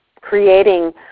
creating